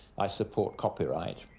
i support copyright,